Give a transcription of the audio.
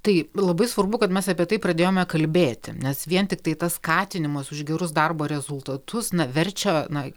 tai labai svarbu kad mes apie tai pradėjome kalbėti nes vien tiktai tas skatinimas už gerus darbo rezultatus na verčia na